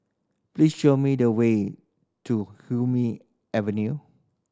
please show me the way to Hume Avenue